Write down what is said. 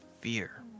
fear